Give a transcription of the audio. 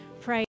pray